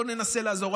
בוא ננסה לעזור.